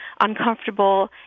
uncomfortable